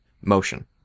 motion